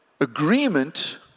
agreement